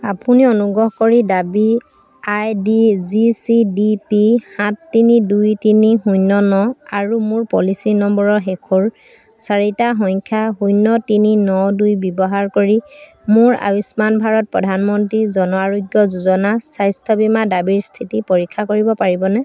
আপুনি অনুগ্ৰহ কৰি দাবী I D G C D P সাত তিনি দুই তিনি শূন্য ন আৰু মোৰ পলিচি নম্বৰৰ শেষৰ চাৰিটা সংখ্যা শূন্য তিনি ন দুই ব্যৱহাৰ কৰি মোৰ আয়ুষ্মান ভাৰত প্ৰধানমন্ত্ৰী জন আৰোগ্য যোজনা স্বাস্থ্য বীমা দাবীৰ স্থিতি পৰীক্ষা কৰিব পাৰিবনে